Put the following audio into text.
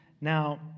Now